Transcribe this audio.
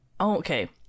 okay